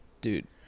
dude